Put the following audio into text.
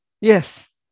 yes